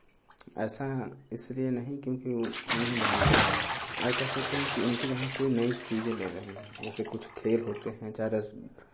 ऐसा इसलिए नहीं क्योंकि वो हम उन्हें जानते नहीं है और कह सकते हैं कि इनकी यहाँ कोइ नई चीज़ें ले रहे हैं जैसे कुछ खेल होते हैं ज़्यादा